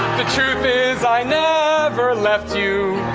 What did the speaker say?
the truth is, i never left you.